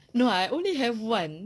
no I only have one